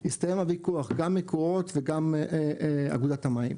הסתיים הביקור, גם מקורות וגם אגודת המים,